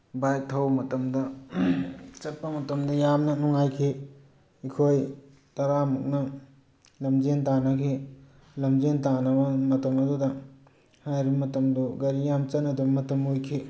bike ꯊꯧꯕ ꯃꯇꯝꯗ ꯆꯠꯄ ꯃꯇꯝꯗ ꯌꯥꯝꯅ ꯅꯨꯡꯉꯥꯏꯈꯤ ꯑꯩꯈꯣꯏ ꯇꯔꯥꯃꯨꯛꯅ ꯂꯝꯖꯦꯜ ꯇꯥꯟꯅꯈꯤ ꯂꯝꯖꯦꯜ ꯇꯥꯟꯅꯕ ꯃꯇꯝ ꯑꯗꯨꯗ ꯍꯥꯏꯔꯤꯕ ꯃꯇꯝ ꯑꯗꯨ ꯒꯥꯔꯤ ꯌꯥꯝ ꯆꯠꯅꯗꯕ ꯃꯇꯝ ꯑꯣꯏꯈꯤ